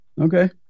Okay